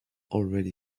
already